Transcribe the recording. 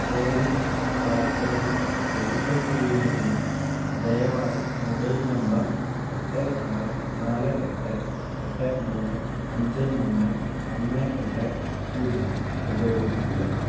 കോ win പ്ലാറ്റ്ഫോമിൽ register ചെയ്യുന്നതിന് ദയവായി മൊബൈൽ നമ്പർ എട്ട് ആറ് നാല് എട്ട് എട്ട് മൂന്ന് അഞ്ച് മൂന്ന് ഒന്ന് എട്ട് പൂജ്യം ഉപയോഗിക്കുക